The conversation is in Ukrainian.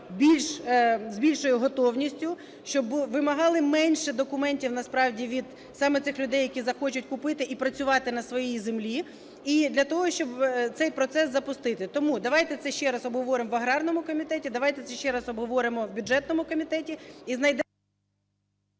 з більшою готовністю, щоб вимагали менше документів насправді від саме цих людей, які захочуть купити і працювати на своїй землі і для того, щоб цей процес запустити. Тому давайте це ще раз обговоримо в аграрному комітеті, давайте це ще раз обговоримо в бюджетному комітеті